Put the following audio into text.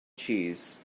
cheese